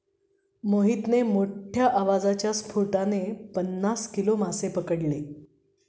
मोहितने मोठ्ठ्या आवाजाच्या स्फोटाने पन्नास किलो मासे पकडले